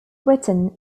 britain